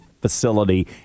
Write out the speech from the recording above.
facility